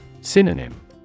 Synonym